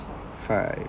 five